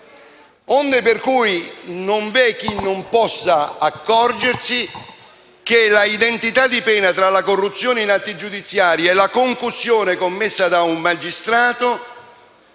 Pertanto, non vi è chi non possa accorgersi che la identità di pena tra la corruzione in atti giudiziari e la concussione commessa da un magistrato